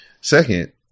Second